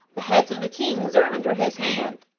the heads of the kings are under his hand!